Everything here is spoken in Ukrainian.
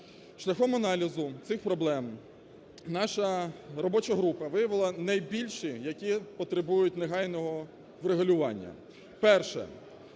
Шляхом аналізу цих проблем наша робоча група виявила найбільші, які потребують негайного врегулювання. Перше,